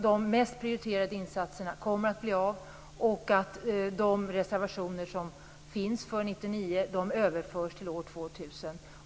De mest prioriterade insatserna kommer att bli av, och de reservationer som finns för 1999 överförs till år 2000.